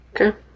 Okay